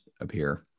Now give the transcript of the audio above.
appear